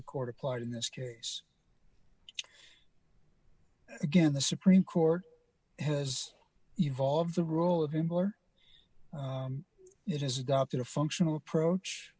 record applied in this case again the supreme court has evolved the role of employer and it has adopted a functional approach